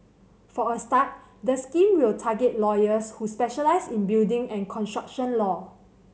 for a start the scheme will target lawyers who specialise in building and construction law